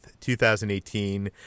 2018